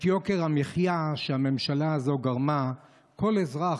את יוקר המחיה שהממשלה הזו גרמה כל אזרח